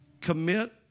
commit